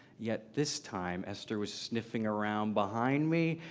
yet, this time, esther was sniffing around behind me.